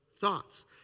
thoughts